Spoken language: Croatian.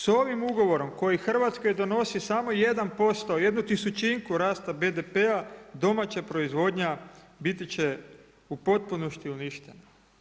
S ovim ugovorom kojim Hrvatskoj donosi samo 1%, jednu tisućinku rasta BDP-a, domaća proizvodnja biti će u potpunosti uništena.